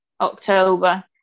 October